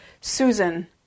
Susan